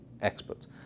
experts